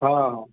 ହଁ